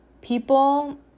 people